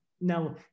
Now